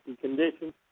conditions